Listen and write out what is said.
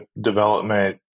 development